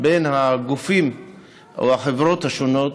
בין הגופים או החברות השונות,